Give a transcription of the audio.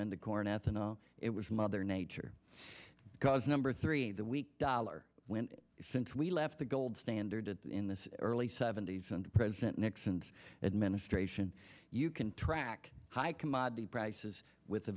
ethanol it was mother nature because number three the weak dollar went since we left the gold standard in this early seventy's and president nixon's administration you can track high commodity prices with the